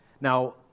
Now